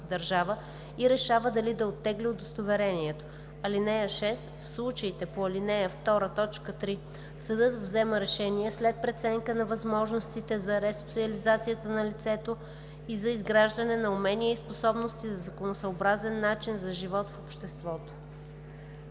и решава дали да оттегли удостоверението. (6) В случаите по ал. 2, т. 3 съдът взема решение след преценка на възможностите за ресоциализацията на лицето и за изграждане на умения и способности за законосъобразен начин на живот в обществото.“